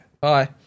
Bye